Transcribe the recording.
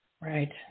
Right